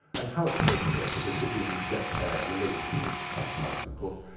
and how appropriate that there should be a musette player related to bagpipes. of course,